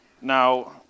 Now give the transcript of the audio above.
Now